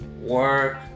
work